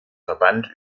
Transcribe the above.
verband